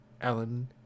Alan